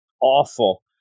awful